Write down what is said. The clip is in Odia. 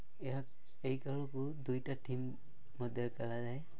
ଏହା ଏହି ଖେଳକୁ ଦୁଇଟା ଟିମ୍ ମଧ୍ୟରେ ଖେଳାଯାଏ